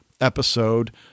episode